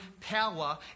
power